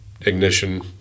ignition